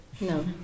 No